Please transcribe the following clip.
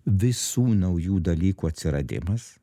visų naujų dalykų atsiradimas